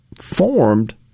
formed